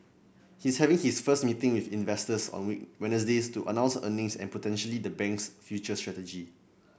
he's having his first meeting with investors on Wednesday to announce earnings and potentially the bank's future strategy